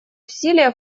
усилия